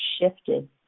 shifted